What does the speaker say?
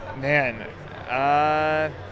Man